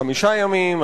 חמישה ימים,